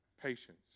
Patience